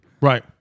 Right